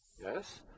Yes